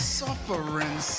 suffering